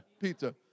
Pizza